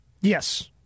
Yes